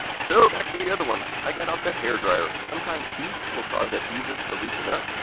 so back to the other one, i got out the hair dryer. sometimes heat will cause adhesives to loosen up.